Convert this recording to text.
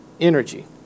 energy